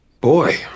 Boy